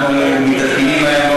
אנחנו מתעדכנים מהר